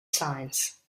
science